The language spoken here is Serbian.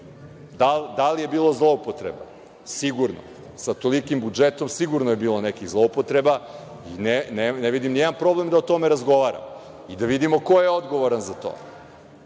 li je bilo zloupotrebe? Sigurno. Sa tolikim budžetom sigurno je bilo nekih zloupotreba. Ne vidim nijedan problem da o tome razgovaramo i da vidimo ko je odgovoran za to.